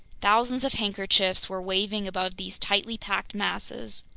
thousands of handkerchiefs were waving above these tightly packed masses,